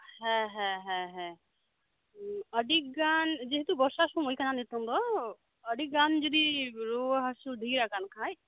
ᱦᱮᱸ ᱦᱮᱸ ᱦᱮᱸ ᱟᱹᱰᱤᱜᱟᱱ ᱡᱮᱦᱮᱛᱩ ᱵᱚᱨᱥᱟ ᱥᱚᱢᱚᱭᱠᱟᱱᱟ ᱱᱤᱛᱤᱝ ᱫᱚ ᱟᱹᱰᱤᱜᱟᱱ ᱡᱚᱫᱤ ᱨᱩᱣᱟᱹ ᱦᱟᱥᱩ ᱰᱷᱤᱨ ᱟᱠᱟᱱ ᱠᱷᱟᱡ